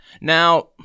now